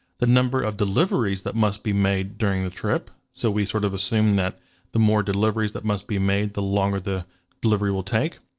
the number of deliveries that must be made during the trip. so we sort of assume that the more deliveries that must be made, the longer the delivery will take.